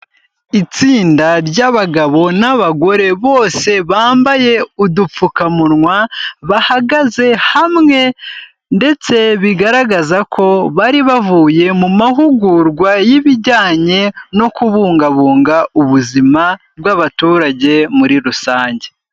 Itsinda ry'abagabo n'abagore bose bambaye udupfukamunwa, bahagaze hamwe ndetse bigaragaza ko bari bavuye mu mahugurwa y'ibijyanye no kubungabunga ubuzima bw'abaturage muri rusange.